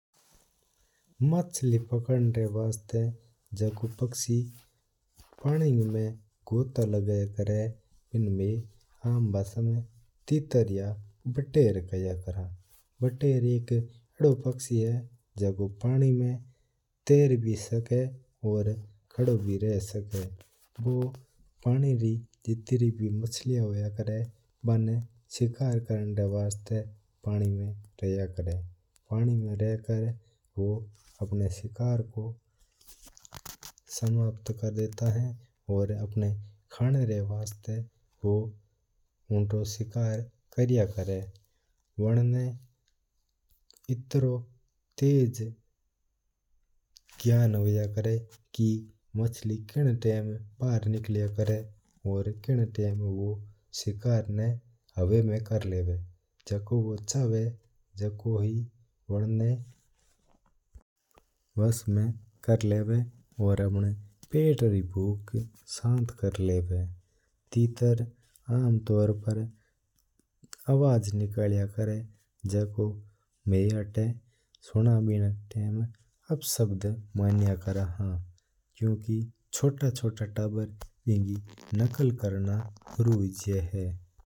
मछली पकड़ना वास्ता जोको पक्षी पानी में गोत्ता लगाया करा है इनां में आम भाषा में तीतर या बतख कहया करा हा। बतख एक अड़ो पक्षी जोको पानी में तैरे भी सका है और खड़ा भी रह सका है। पानी में जितरी में मछली होया करा है बणा शिकार करना वास्ता पानी में रिया करा है। पानी में रेवा और अपना शिकार को समाप्त कर देता है और अपना खाना री वास्ता बूं आपनो शिकार करा है कि अपनी पेट की भूख मिटा सका। वांणा ना इततो तेज ज्ञान होया करा कि मछली किन्न टाइम बारा निकला है और किन्न टाइम मैना जावा है जोको बूं चाहा बिन ना ही बूं वश में कर लेवा है।